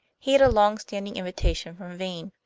he had a long standing invitation from vane,